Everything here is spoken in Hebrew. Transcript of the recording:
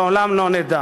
לעולם לא נדע.